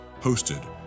hosted